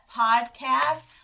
podcast